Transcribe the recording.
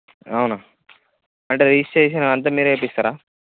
అవునా అంటే రిజిస్ట్రేషన్ అంతా మీరు చేయిస్తారా